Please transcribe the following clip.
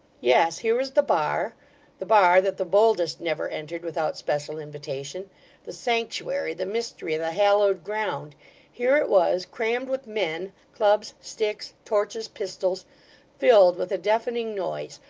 yes. here was the bar the bar that the boldest never entered without special invitation the sanctuary, the mystery, the hallowed ground here it was, crammed with men, clubs, sticks, torches, pistols filled with a deafening noise,